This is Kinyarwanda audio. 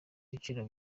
ibiciro